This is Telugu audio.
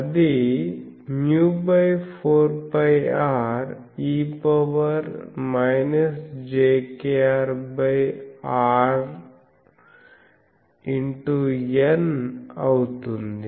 అది μ4πre jkrrN అవుతుంది